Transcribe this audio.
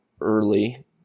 early